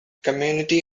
community